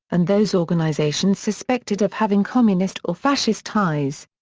and those organizations suspected of having communist or fascist ties.